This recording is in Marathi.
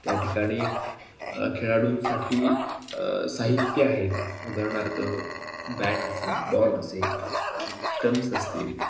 त्या ठिकाणी खेळाडूंसाठी साहित्य आहेत उदाहरणार्थ बॅट असेल बॉल असेल स्टम्प्स असतील